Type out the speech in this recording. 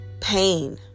pain